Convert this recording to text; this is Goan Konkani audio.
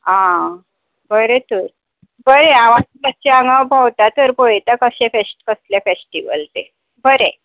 आं बरें तर बरें मात्शें हांगा भोंवता तर पळयता कशे फेस कसलें फॅस्टीवल तें बरें